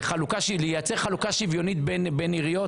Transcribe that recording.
זה לייצר חלוקה שוויונית בין עיריות.